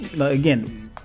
Again